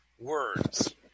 words